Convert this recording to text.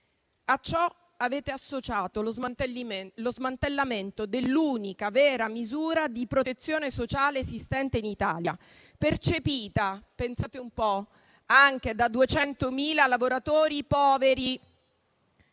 A ciò avete associato lo smantellamento dell'unica vera misura di protezione sociale esistente in Italia, percepita - pensate un po' - anche da 200.000 lavoratori poveri.